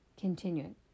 Continuing